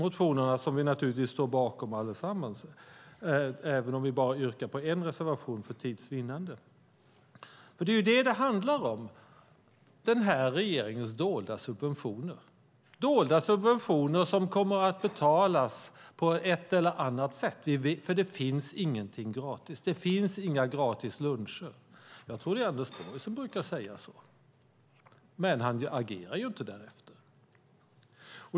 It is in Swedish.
Vi står naturligtvis bakom alla våra motioner, även om vi för tids vinnande yrkar bifall bara till en reservation. Diskussionen handlar om den här regeringens dolda subventioner. Det är dolda subventioner som kommer att betalas på ett eller annat sätt eftersom ingenting är gratis. Det finns inga gratis luncher. Jag tror att det är Anders Borg som brukar säga så, men han agerar inte därefter.